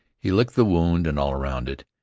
he licked the wound and all around it,